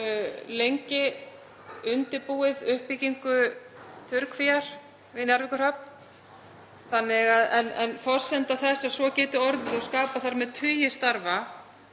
lengi undirbúið uppbyggingu þurrkvíar við Njarðvíkurhöfn. Forsenda þess að svo geti orðið og skapað þar með tugi starfa